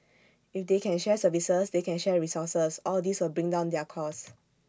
if they can share services they can share resources all these will bring down their cost